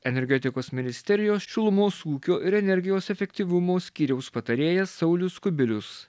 energetikos ministerijos šilumos ūkio ir energijos efektyvumo skyriaus patarėjas saulius kubilius